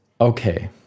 Okay